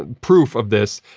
proof of this.